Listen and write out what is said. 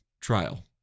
trial